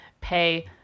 pay